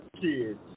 kids